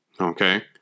okay